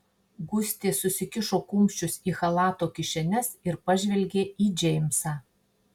gustė susikišo kumščius į chalato kišenes ir pažvelgė į džeimsą